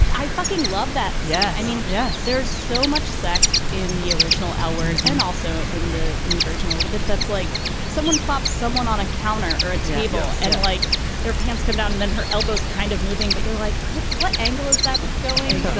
but i fucking love that. yeah. i mean. yes, there's so much sex in the original alward and also in the new version a little bit that's like someone plops someone on a counter or a table and like their pants come down and then her elbows kind of moving. but you're like, what what angle is that going?